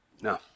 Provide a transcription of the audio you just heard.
no